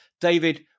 David